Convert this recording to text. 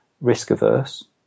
risk-averse